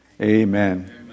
Amen